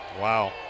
wow